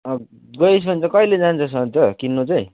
गइस् भने चाहिँ कहिले जान्छस् अन्त किन्नु चाहिँ